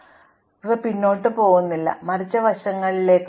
അവസാനമായി ചില അരികുകളുണ്ട് അവ പിന്നോട്ട് പോകുന്നില്ല മറിച്ച് വശങ്ങളിലേക്കാണ്